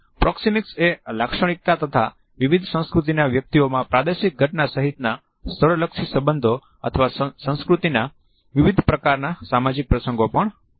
proxemics એ લાક્ષણિકતા તથા વિવિધ સંસ્કૃતિના વ્યક્તિઓમાં પ્રાદેશિક ઘટના સહિતના સ્થળલક્ષી સંબંધો અથવા સંસ્કૃતિના વિવિધ પ્રકારના સામાજિક પ્રસંગો પણ વર્ણવે છે